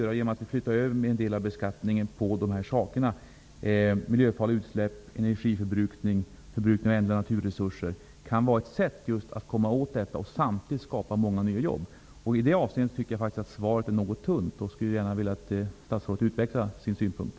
Att flytta över en del av beskattningen på miljöfarliga utsläpp, energiförbrukning och förbrukning av ändliga naturresurser kan då vara ett sätt att komma åt dessa miljöproblem och samtidigt skapa många nya jobb. I det avseendet tycker jag faktiskt att svaret är något tunt. Jag skulle därför gärna vilja att statsrådet utvecklade sina synpunkter.